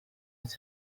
ati